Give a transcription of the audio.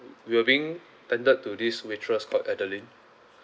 we were being attended to this waitress called adeline